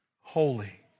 holy